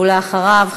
ואחריו,